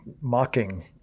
mocking